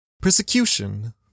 persecution